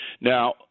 Now